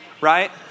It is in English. Right